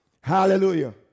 Hallelujah